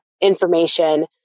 information